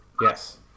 Yes